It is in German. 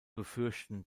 befürchten